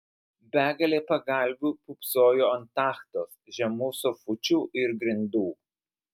begalė pagalvių pūpsojo ant tachtos žemų sofučių ir grindų